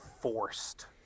forced